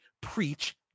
preach